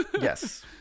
Yes